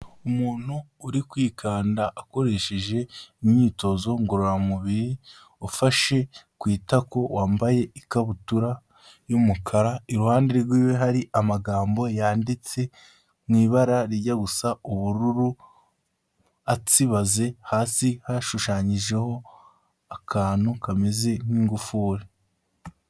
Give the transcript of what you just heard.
Umuntu uri kwikanda akoresheje imyitozo ngororamubiri, ufashe ku itako wambaye ikabutura y'umukara, iruhande rwiwe hari amagambo yanditse mu ibara rijya gusa ubururu atsibaze, hasi hashushanyijeho akantu kameze nk'ingufuri.